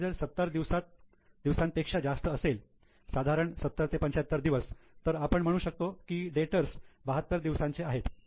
हे जर 70 दिवसांत पेक्षा जास्त असेल साधारण 70 ते 75 दिवस तर आपण म्हणू शकतो की डेटर्स 72 दिवसांचे आहेत